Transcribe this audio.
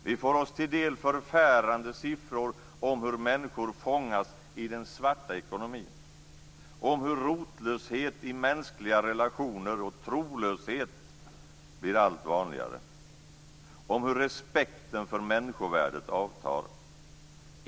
Vi får oss till del förfärande siffror om hur människor fångas i den svarta ekonomin. Om hur rotlöshet och trolöshet i mänskliga relationer blir allt vanligare. Om hur respekten för människovärdet avtar.